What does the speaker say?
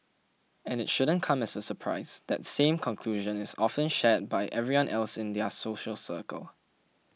and it shouldn't come as a surprise that same conclusion is often shared by everyone else in their social circle